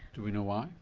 do we know why?